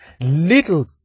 little